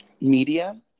media